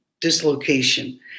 dislocation